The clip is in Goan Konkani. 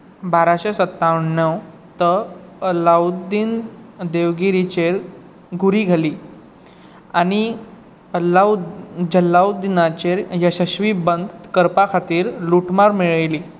बाराशे सत्त्याणवांत अलाउद्दीन देवगिरीचेर घुरी घाली आनी जलालुद्दीनाचेर येशस्वी बंड करपा खातीर लुटमार मेळयली